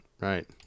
right